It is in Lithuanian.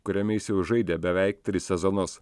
kuriame jis jau žaidė beveik tris sezonus